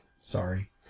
sorry